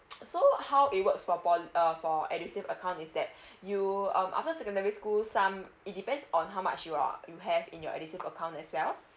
so how it works for po~ uh for edusave account is that you um after secondary school some it depends on how much you are you have in your edusave account as well